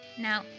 Now